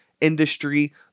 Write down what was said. industry